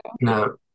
No